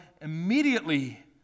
immediately